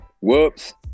whoops